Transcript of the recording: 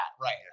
Right